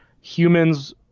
humans